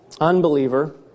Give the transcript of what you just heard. unbeliever